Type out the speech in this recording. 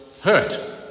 hurt